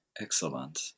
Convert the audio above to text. Excellent